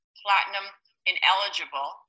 platinum-ineligible